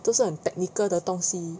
就是很 technical 的东西